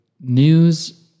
news